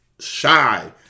Shy